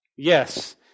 Yes